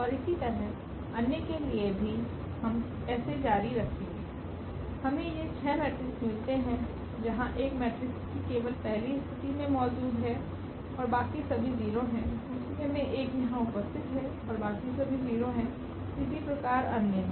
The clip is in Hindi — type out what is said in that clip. और इसी तरह अन्य के लिए भी हम इसे जारी रखते हैं हमें ये 6 मैट्रिक्स मिलते हैं जहाँ 1 मैट्रिक्स की केवल पहली स्थिति में मौजूद है ओर बाकि सभी 0 हैं दुसरे में 1 यहाँ उपस्थिति है ओर बाकि सभी 0 हैं इसी प्रकार अन्य हैं